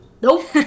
Nope